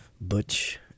butch